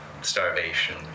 starvation